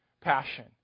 passion